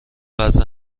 وضع